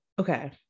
okay